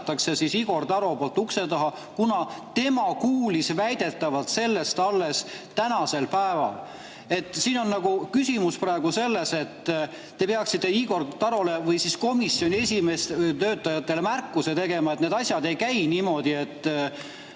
visatakse Igor Taro poolt ukse taha, kuna tema kuulis väidetavalt sellest alles tänasel päeval. Praegu on küsimus selles, et te peaksite Igor Tarole või siis komisjoni töötajatele märkuse tegema, et need asjad ei käi niimoodi, nagu